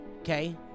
Okay